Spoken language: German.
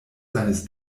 seines